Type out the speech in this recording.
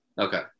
okay